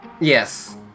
Yes